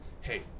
Hey